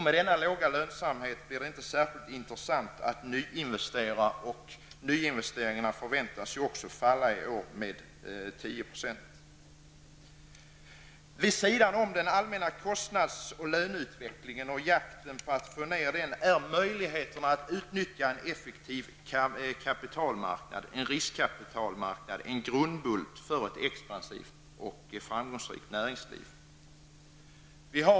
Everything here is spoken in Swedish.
Med låg lönsamhet blir det inte särskilt intressant att nyinvestera, och nyinvesteringarna inom industrin väntas också i år falla med 10 %. Vid sidan om jakten för att få ned den allmänna kostnads och lönestegringen är möjligheten att utnyttja en effektiv riskkapitalmarknad en grundbult för ett expansivt och framgångsrikt näringsliv.